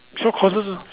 short courses ah